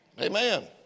Amen